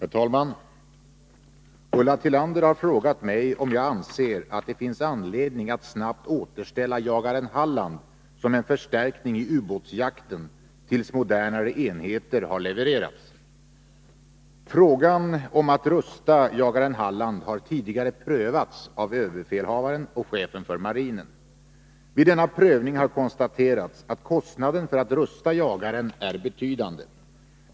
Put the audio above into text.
Herr talman! Ulla Tillander har frågat mig om jag anser att det finns anledning att snabbt återställa jagaren ”Halland” som en förstärkning i ubåtsjakten tills modernare enheter har levererats. Frågan om att rusta jagaren Halland har tidigare prövats av överbefälhavaren och chefen för marinen. Vid denna prövning har konstaterats att kostnaden för att rusta jagaren är betydande.